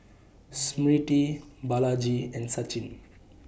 Smriti Balaji and Sachin